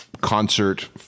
concert